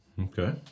Okay